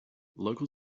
local